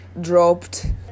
dropped